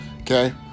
Okay